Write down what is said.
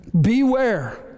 Beware